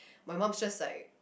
my mum's just like